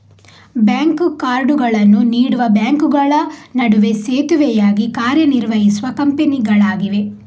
bank ಕಾರ್ಡುಗಳನ್ನು ನೀಡುವ ಬ್ಯಾಂಕುಗಳ ನಡುವೆ ಸೇತುವೆಯಾಗಿ ಕಾರ್ಯ ನಿರ್ವಹಿಸುವ ಕಂಪನಿಗಳಾಗಿವೆ